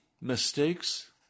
mistakes